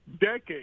decades